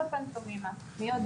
בבקשה.